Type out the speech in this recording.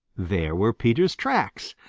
there were peter's tracks,